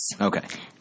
Okay